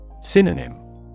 Synonym